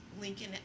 Lincoln